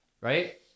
right